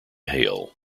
hale